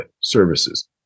services